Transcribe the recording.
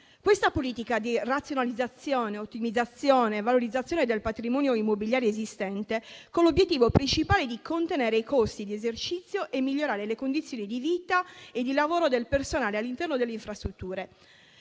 Questa politica di razionalizzazione, ottimizzazione e valorizzazione del patrimonio immobiliare esistente ha l'obiettivo principale di contenere i costi di esercizio e migliorare le condizioni di vita e di lavoro del personale all'interno delle infrastrutture.